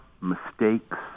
mistakes